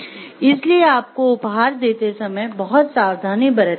इसलिए आपको उपहार देते समय बहुत सावधानी बरतनी चाहिए